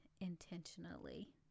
intentionally